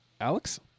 Alex